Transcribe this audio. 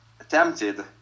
attempted